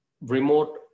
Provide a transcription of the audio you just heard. remote